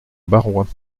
barrois